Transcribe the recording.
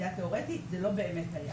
זה היה תיאורטי, זה לא באמת היה.